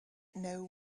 know